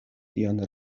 sian